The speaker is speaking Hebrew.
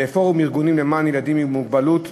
לפורום ארגונים והורים למען ילדים עם מוגבלות,